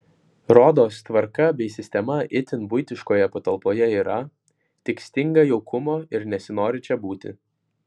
rodos tvarka bei sistema itin buitiškoje patalpoje yra tik stinga jaukumo ir nesinori čia būti